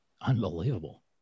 unbelievable